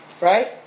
right